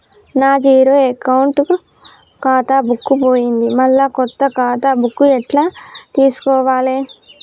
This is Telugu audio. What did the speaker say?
నా జీరో అకౌంట్ ఖాతా బుక్కు పోయింది మళ్ళా కొత్త ఖాతా బుక్కు ఎట్ల తీసుకోవాలే?